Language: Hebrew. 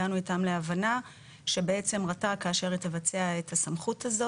הגענו איתם להבנה שבעצם רת"ג כאשר היא תבצע את הסמכות זאת,